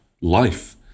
life